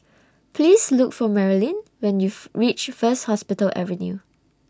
Please Look For Marylyn when YOU REACH First Hospital Avenue